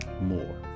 more